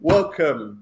Welcome